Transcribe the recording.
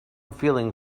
feeling